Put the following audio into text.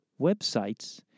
websites